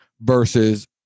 versus